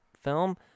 film